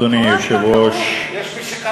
אדוני היושב-ראש, זה ממש לא